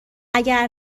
اگه